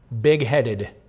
big-headed